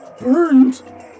burned